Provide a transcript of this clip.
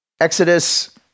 Exodus